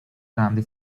gandhi